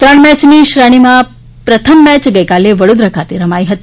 ત્રણ મેયની શ્રેણીની પ્રથમ મેય ગઈકાલે વડોદરા ખાતે રમાઈ હતી